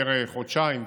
פר חודשיים וכו'